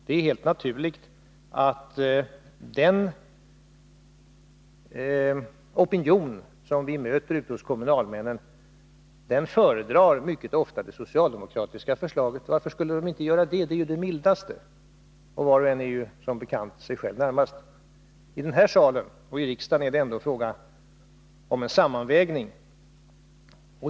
Jag vill då bara säga att det är helt naturligt att kommunalmännen, som vi möter mycket ofta, föredrar det socialdemokratiska förslaget. Varför skulle de inte göra det? Det är ju det mildaste! Var och en är som bekant sig själv närmast. Här i kammaren och i riksdagen är det ändå fråga om att göra en sammanvägning av olika intressen.